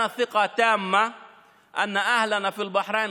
יש לנו ביטחון מלא בכך שבני עמנו בבחריין